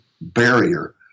barrier